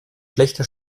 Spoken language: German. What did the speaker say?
schlechte